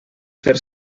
fer